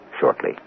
shortly